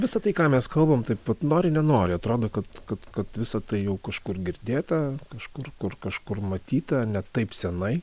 visa tai ką mes kalbam taip vat nori nenori atrodo kad kad kad visa tai jau kažkur girdėta kažkur kur kažkur matyta ne taip senai